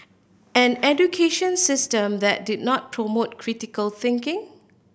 an education system that did not promote critical thinking